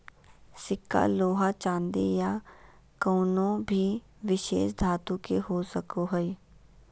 सिक्का लोहा चांदी या कउनो भी विशेष धातु के हो सको हय